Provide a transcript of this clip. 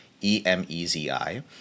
E-M-E-Z-I